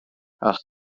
asked